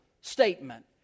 statement